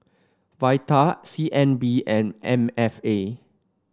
Vital C N B and M F A